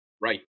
Right